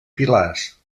pilars